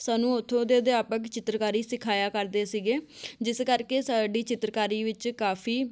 ਸਾਨੂੰ ਉੱਥੋਂ ਦੇ ਅਧਿਆਪਕ ਚਿੱਤਰਕਾਰੀ ਸਿਖਾਇਆ ਕਰਦੇ ਸੀਗੇ ਜਿਸ ਕਰਕੇ ਸਾਡੀ ਚਿੱਤਰਕਾਰੀ ਵਿੱਚ ਕਾਫੀ